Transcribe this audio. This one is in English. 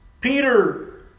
Peter